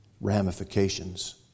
ramifications